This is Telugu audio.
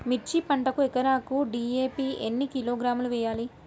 మిర్చి పంటకు ఎకరాకు డీ.ఏ.పీ ఎన్ని కిలోగ్రాములు వేయాలి?